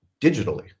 digitally